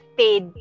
paid